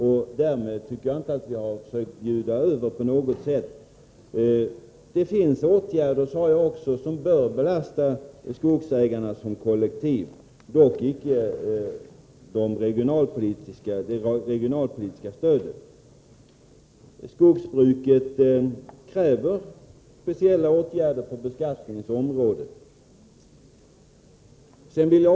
Därmed tycker jag att jag kan säga att vi inte på något sätt har försökt bjuda över. Det finns åtgärder, sade jag också, som bör belasta skogsägarna som kollektiv — dock icke det regionalpolitiska stödet. Skogsbruket kräver speciella åtgärder på beskattningens område.